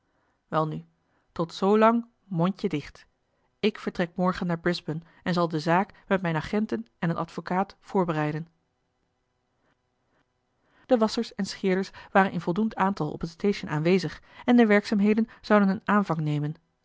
welnu tot zoolang mondje dicht ik vertrek morgen naar brisbane en zal de zaak met mijne agenten en een advocaat voorbereiden de wasschers en scheerders waren in voldoend aantal op het station aanwezig en de werkzaamheden zouden een aanvang nemen